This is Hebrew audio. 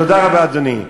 תודה רבה, אדוני.